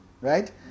right